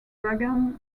dragons